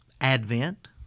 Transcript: Advent